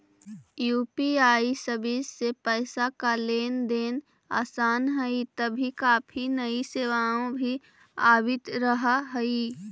UPI service से पैसे का लेन देन आसान हई तभी काफी नई सेवाएं भी आवित रहा हई